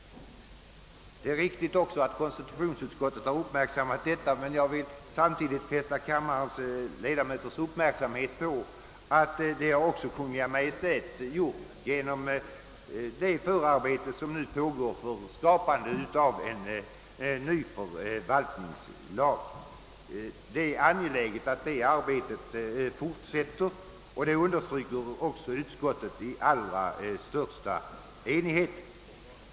Det är riktigt att konstitutionsutskottet uppmärksammat detta förhållande, men jag vill fästa kammarledamöternas uppmärksamhet på att även Kungl. Maj:t gjort det. Nu pågår nämligen förarbete till en ny förvaltningslag. Det är angeläget att det arbetet fortsätter, vilket också utskottet understryker i allra största enighet.